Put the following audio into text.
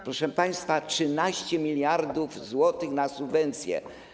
Proszę państwa, 13 mld zł na subwencję.